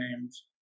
names